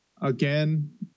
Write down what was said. again